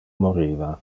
moriva